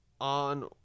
on